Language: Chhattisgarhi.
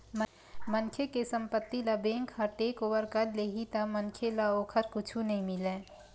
मनखे के संपत्ति ल बेंक ह टेकओवर कर लेही त मनखे ल ओखर कुछु नइ मिलय